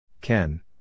Ken